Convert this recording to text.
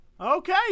Okay